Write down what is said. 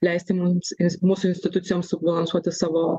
leisti mums mūsų institucijoms subalansuoti savo